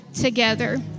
together